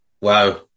Wow